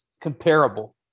comparable